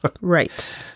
Right